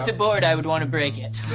so board, i would wanna break it.